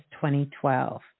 2012